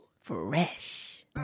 Fresh